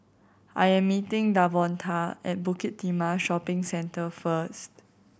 I am meeting Davonta at Bukit Timah Shopping Centre first